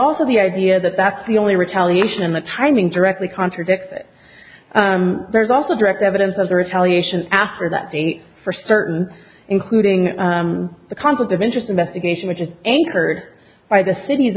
also the idea that that's the only retaliation the timing directly contradicts that there is also direct evidence of the retaliation after that date for certain including the conflict of interest investigation which is anchored by the city's